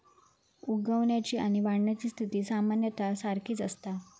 उगवण्याची आणि वाढण्याची स्थिती सामान्यतः सारखीच असता